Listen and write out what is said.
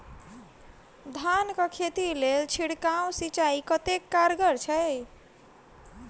धान कऽ खेती लेल छिड़काव सिंचाई कतेक कारगर छै?